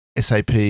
SAP